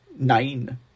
nine